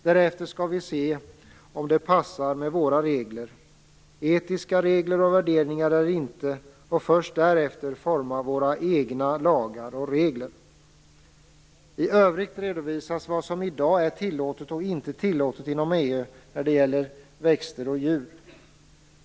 Därefter skall vi se om det passar med våra etiska regler och värderingar eller inte, och först därefter skall vi forma våra egna lagar och regler. I övrigt redovisas vad som i dag är tillåtet och inte tillåtet inom EU när det gäller växter och djur.